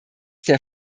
der